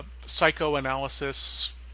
psychoanalysis